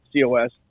COS